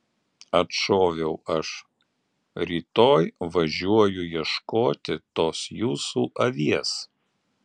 atšoviau aš rytoj važiuoju ieškoti tos jūsų avies